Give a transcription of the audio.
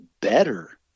better